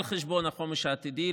על חשבון החומש העתידי,